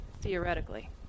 theoretically